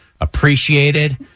appreciated